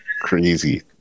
Crazy